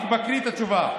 אני מקריא את התשובה: